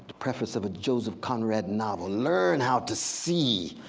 preface of joseph conrad novel. learn how to see.